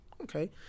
Okay